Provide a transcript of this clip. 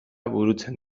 burutzen